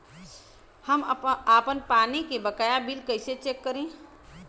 हम आपन पानी के बकाया बिल कईसे चेक करी?